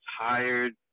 tired